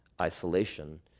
isolation